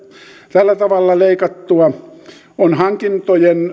tällä tavalla leikattua on hankinnat